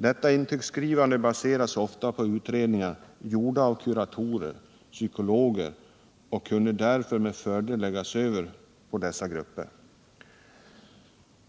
Detta intygsskrivande baseras oftast på utredningar gjorda av kuratorer och psykologer och kan därför med fördel läggas över på dessa grupper.